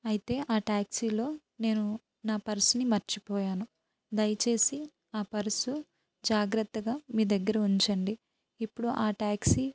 అయితే ఆ ట్యాక్సీలో నేను నా పర్స్ని మర్చిపోయాను దయచేసి ఆ పర్సు జగ్రత్తగా మీ దగ్గర ఉంచండి ఇప్పుడు ఆ ట్యాక్సీ